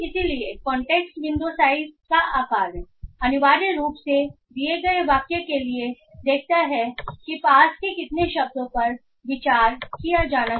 इसलिए context window size का आकार अनिवार्य रूप से दिए गए वाक्य के लिए देखता है कि पास के कितने शब्दों पर विचार किया जाना है